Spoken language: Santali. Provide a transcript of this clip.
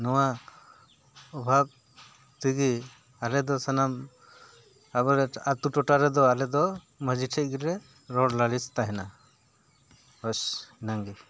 ᱱᱚᱣᱟ ᱚᱵᱷᱟᱵ ᱛᱮᱜᱮ ᱟᱞᱮᱫᱚ ᱥᱟᱱᱟᱢ ᱟᱵᱚᱨᱮᱱ ᱟᱛᱳ ᱴᱚᱴᱷᱟ ᱨᱮᱫᱚ ᱟᱞᱮ ᱫᱚ ᱢᱟᱺᱡᱷᱤ ᱴᱷᱮᱱ ᱜᱮᱞᱮ ᱨᱚᱲ ᱞᱟᱹᱞᱤᱥ ᱛᱟᱦᱮᱱᱟ ᱵᱮᱥ ᱚᱱᱟᱜᱮ